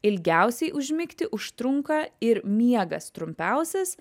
ilgiausiai užmigti užtrunka ir miegas trumpiausias